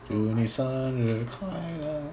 祝你生日快乐